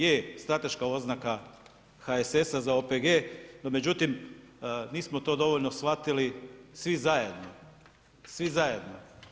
Je, strateška oznaka HSS-a za OPG, no međutim nismo to dovoljno shvatili svi zajedno, svi zajedno.